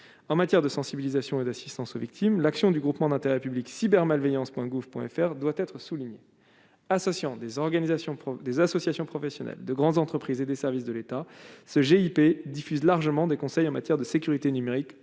en matière de sensibilisation et d'assistance aux victimes, l'action du Groupement d'intérêt public : cybermalveillance Point gouv Point FR doit être souligné, associant des organisations, des associations professionnelles, de grandes entreprises et des services de l'État, ce GIP diffuse largement des conseils en matière de sécurité numérique au profit